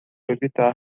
evitar